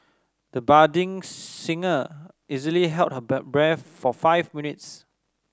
the budding singer easily held her breath for five minutes